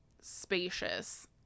spacious